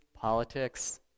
politics